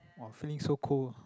!wah! feeling so cold